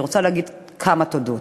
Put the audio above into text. אני רוצה להגיד כמה תודות.